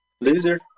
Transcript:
Loser